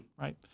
right